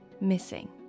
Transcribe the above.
missing